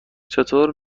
چطور